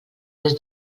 des